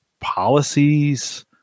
policies